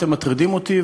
אתם מטרידים אותי?